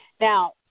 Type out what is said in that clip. now